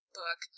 book